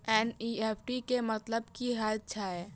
NEFT केँ मतलब की हएत छै?